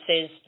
says